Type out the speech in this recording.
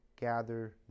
gather